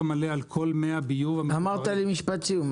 מלא על כל מאה --- אמרת לי משפט סיום,